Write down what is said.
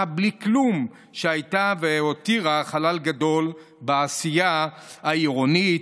בלי כלום שהייתה והותירה חלל גדול בעשייה העירונית,